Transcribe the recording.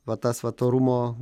va tas vat orumo